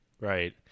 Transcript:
Right